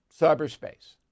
cyberspace